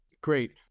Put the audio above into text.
Great